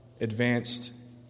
advanced